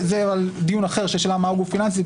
זה דיון אחר על השאלה בפרטים של מהו גוף פיננסי,